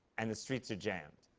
and the streets are jammed.